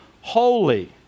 holy